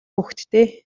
хүүхэдтэй